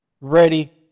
Ready